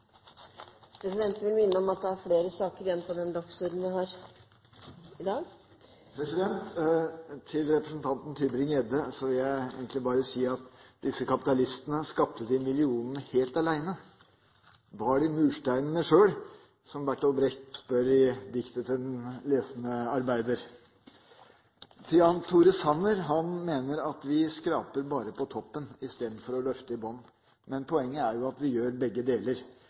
Presidenten vil minne om at det er flere saker igjen på dagsordenen. Til representanten Tybring-Gjedde vil jeg egentlig bare si: Skapte disse kapitalistene de millionene helt alene? Bar de mursteinene sjøl, som Bertolt Brecht spør i diktet om den lesende arbeider? Til Jan Tore Sanner som mener at vi skraper bare på toppen istedenfor å løfte i bånn. Poenget er jo at vi gjør begge deler!